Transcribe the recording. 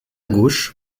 gauche